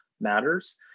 matters